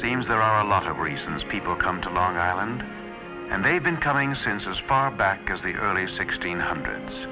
seems there are a lot of reasons people come to long island and they've been coming since as far back as the early sixteen hundreds